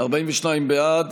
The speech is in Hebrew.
היום בחוק הנורבגי.